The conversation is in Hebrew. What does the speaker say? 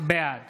בעד